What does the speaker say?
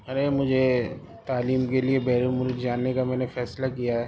ارے مجھے تعلیم کے لیے بیرون ملک جانے کا میں نے فیصلہ کیا ہے